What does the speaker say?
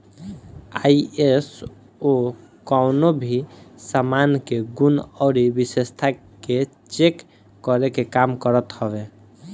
ISO कवनो भी सामान के गुण अउरी विशेषता के चेक करे के काम करत हवे